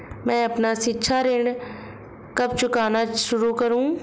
मैं अपना शिक्षा ऋण कब चुकाना शुरू करूँ?